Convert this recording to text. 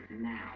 now